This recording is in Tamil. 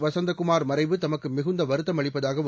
வசந்தகுமார் மறைவு தமக்கு மிகுந்த வருத்தம் அளிப்பதாகவும்